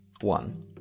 one